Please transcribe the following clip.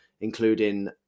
including